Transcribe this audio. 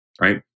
Right